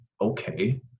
okay